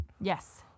Yes